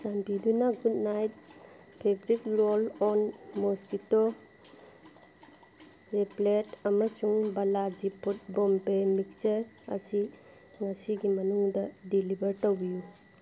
ꯆꯥꯟꯕꯤꯗꯨꯅ good night fabric roll on mosquito repellent ꯑꯃꯁꯨꯡ ꯕꯥꯂꯥꯖꯤ ꯐꯨꯠꯕꯣꯟꯄꯦ ꯃꯤꯛꯆꯔ ꯑꯁꯤ ꯉꯁꯤꯒꯤ ꯃꯅꯨꯡꯗ ꯗꯤꯂꯤꯕꯔ ꯇꯧꯕꯤꯎ